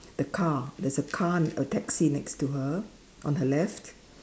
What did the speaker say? the car there's a car a taxi next to her on her left